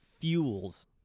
fuels